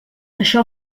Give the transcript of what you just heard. això